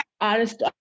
artist